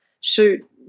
shoot